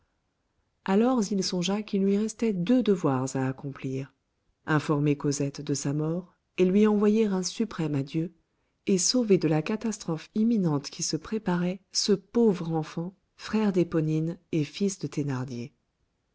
alors il songea qu'il lui restait deux devoirs à accomplir informer cosette de sa mort et lui envoyer un suprême adieu et sauver de la catastrophe imminente qui se préparait ce pauvre enfant frère d'éponine et fils de thénardier